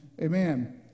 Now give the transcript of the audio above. amen